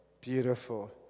Beautiful